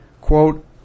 Quote